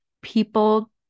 People